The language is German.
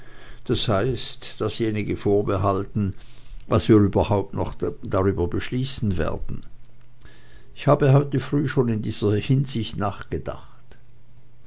das heißt dasjenige vorbehalten was wir überhaupt darüber noch beschließen werden ich habe heut früh schon in dieser hinsicht nachgedacht